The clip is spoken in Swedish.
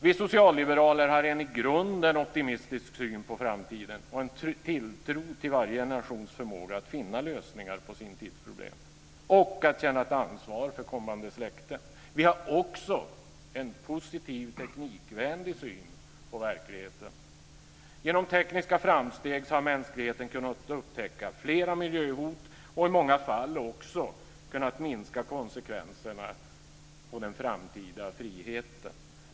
Vi socialliberaler har i grunden en optimistik syn på framtiden och en tilltro till varje generations förmåga att finna lösningar på sin tids problem och att känna ett ansvar för kommande släkten. Vi har också en positiv teknikvänlig syn på verkligheten. Genom tekniska framsteg har mänskligheten kunnat upptäcka flera miljöhot och i många fall också kunnat minska konsekvenserna på den framtida friheten.